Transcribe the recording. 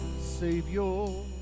Savior